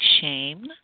shame